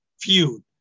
feud